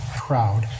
crowd